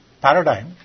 paradigm